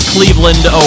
Cleveland